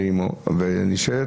תנאי.